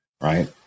right